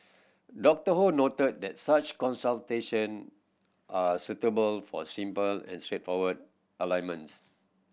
Doctor Ho noted that such consultation are suitable for simple and straightforward ailments